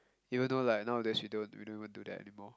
even though like nowadays we don't we don't even do that anymore